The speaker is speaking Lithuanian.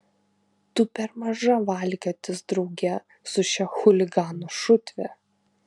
tu per maža valkiotis drauge su šia chuliganų šutve